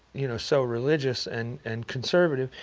you know, so religious and and conservative,